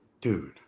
Dude